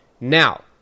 Now